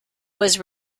was